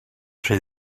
rhy